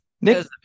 nick